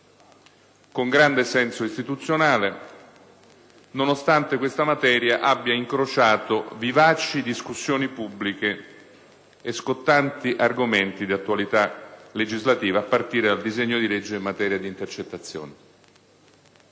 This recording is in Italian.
con grande senso istituzionale, nonostante questa materia abbia incrociato vivaci discussioni pubbliche e scottanti argomenti di attualità legislativa, a partire dal disegno di legge in materia di intercettazioni.